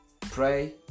Pray